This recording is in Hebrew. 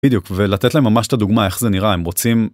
בדיוק, ולתת להם ממש את הדוגמה איך זה נראה, הם רוצים